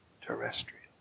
terrestrial